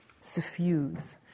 Suffuse